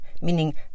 meaning